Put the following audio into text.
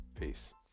peace